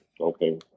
okay